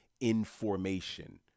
information